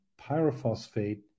pyrophosphate